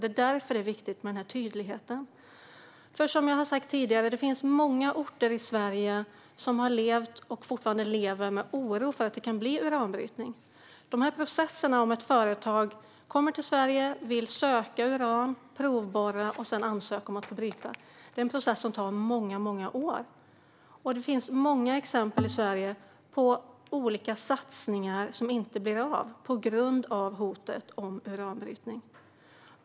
Det är därför det är viktigt med den här tydligheten. Som jag har sagt tidigare finns det många orter i Sverige som har levt och fortfarande lever med oro för att det kan bli uranbrytning. Processen om ett företag kommer till Sverige och vill söka uran, provborra och sedan ansöka om att få bryta tar många år. Det finns många exempel i Sverige på olika satsningar som inte blir av på grund av hotet om uranbrytning.